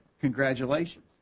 congratulations